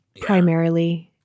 primarily